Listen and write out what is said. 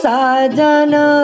Sajana